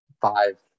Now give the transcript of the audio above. five